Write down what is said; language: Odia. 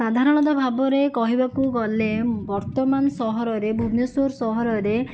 ସାଧାରଣତଃ ଭାବରେ କହିବାକୁ ଗଲେ ବର୍ତ୍ତମାନ ସହରରେ ଭୁବନେଶ୍ୱର ସହରରେ